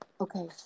Okay